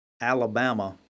Alabama